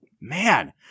Man